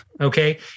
Okay